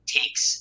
takes